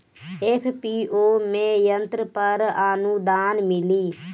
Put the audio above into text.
FPO में यंत्र पर आनुदान मिँली?